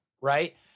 right